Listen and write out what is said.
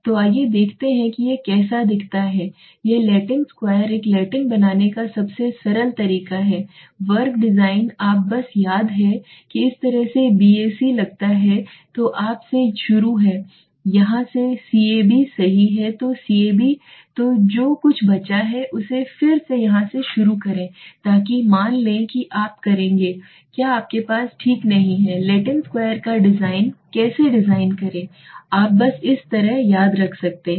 तो आइए देखते हैं कि यह कैसा दिखता है यह लैटिन स्क्वायर एक लैटिन बनाने का सबसे सरल तरीका है वर्ग डिजाइन आप बस याद है कि इस तरह से बीएसी लगता है तो आप से शुरू है यहाँ CAB सही है तो CAB तो जो कुछ बचा है उसे फिर से यहाँ से शुरू करें ताकि मान लें कि आप करेंगे क्या आपके पास ठीक नहीं है लैटिन स्क्वायर का डिज़ाइन कैसे डिज़ाइन करें आप बस इस तरह याद रख सकते हैं